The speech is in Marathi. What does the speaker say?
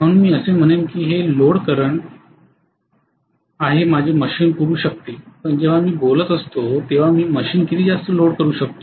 म्हणून मी असे म्हणेन की हे लोड करंट आहे ते माझे मशीन पुरवू शकते पण जेव्हा मी बोलत असतो तेव्हा मी मशीन किती जास्त लोड करू शकतो